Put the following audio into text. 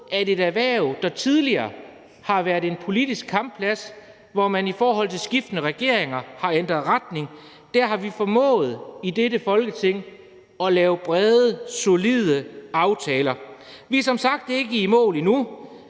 for et erhverv, der tidligere har været en politisk kampplads, hvor man i forhold til skiftende regeringer har ændret retning, har vi formået i dette Folketing at lave brede, solide aftaler. Vi er som sagt ikke i mål endnu,